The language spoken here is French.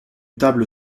table